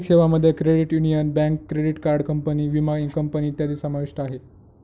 आर्थिक सेवांमध्ये credit union, bank, credit card company, विमा कंपनी इत्यादी समाविष्ट आहे